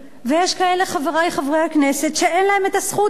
יש כאלה, חברי חברי הכנסת, שאין להם הזכות הזאת.